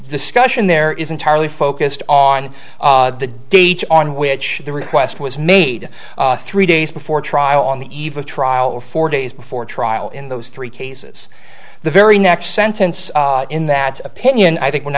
discussion there is entirely focused on the date on which the request was made three days before trial on the eve of trial or four days before trial in those three cases the very next sentence in that opinion i think